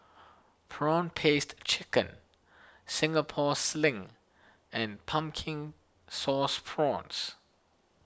Prawn Paste Chicken Singapore Sling and Pumpkin Sauce Prawns